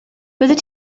byddet